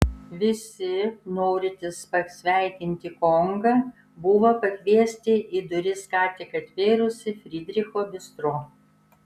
visi norintys pasveikinti kongą buvo pakviesti į duris ką tik atvėrusį frydricho bistro